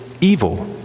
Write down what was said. evil